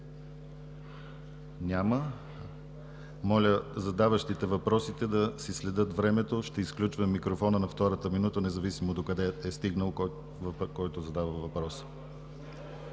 Няма. Моля, задаващите въпросите да си следят времето. Ще изключвам микрофона на втората минута, независимо докъде е стигнал задаващият въпроса.